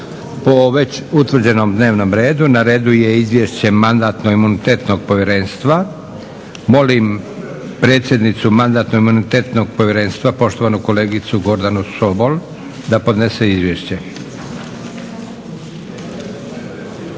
po već utvrđenom dnevnom redu. Na redu je 1. Izvješće Mandatno-imunitetnog povjerenstva. Molim predsjednicu Mandatno-imunitetnog povjerenstva poštovanu kolegicu Gordanu Sobol da podnese izvješće.